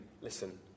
Listen